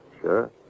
Sure